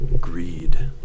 greed